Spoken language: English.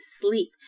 sleep